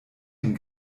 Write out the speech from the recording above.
dem